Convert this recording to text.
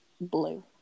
blue